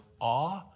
awe